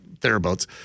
Thereabouts